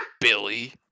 Billy